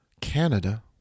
Canada